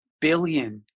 billion